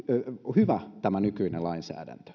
hyvä tämä nykyinen lainsäädäntö